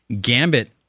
Gambit